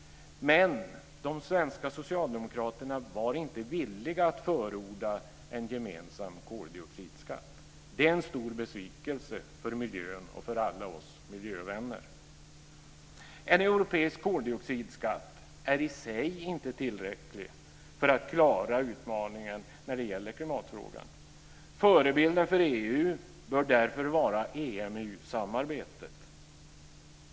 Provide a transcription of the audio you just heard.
Men de svenska socialdemokraterna var inte villiga att förorda en gemensam koldioxidskatt. Det är en stor besvikelse för miljön och för alla oss miljövänner. En europeisk koldioxidskatt är i sig inte tillräcklig för att klara utmaningen i klimatfrågan. Förebilden för EU bör därför vara EMU-samarbetet.